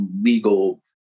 legal